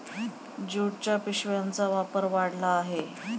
ज्यूटच्या पिशव्यांचा वापर वाढला आहे